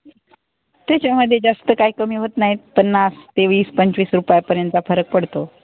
त्याच्यामध्ये जास्त काय कमी होत नाहीत पन्नास ते वीस पंचवीस रुपयापर्यंत फरक पडतो